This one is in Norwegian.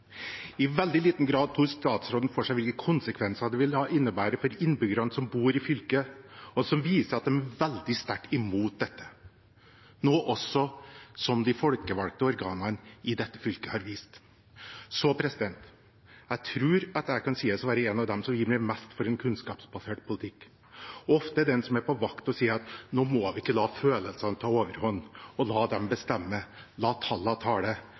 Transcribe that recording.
I veldig liten grad tok statsråden for seg hvilke konsekvenser det ville få for innbyggerne som bor i fylket, og som viser at de er veldig sterkt imot dette – noe også de folkevalgte organene i fylket har vist. Jeg tror jeg kan sies å være en av dem som ivrer mest for en kunnskapsbasert politikk, ofte den som er på vakt og sier: Nå må vi ikke la følelsene ta overhånd og la dem bestemme. La tallene tale.